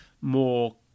more